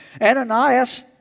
Ananias